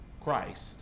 Christ